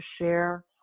share